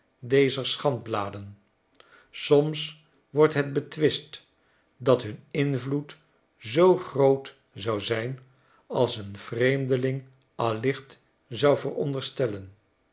dezer schandbladen soms wordt het betwist dat hun invloed zoo groot zou zijn als een vreemdeling allicht zou veronderstellen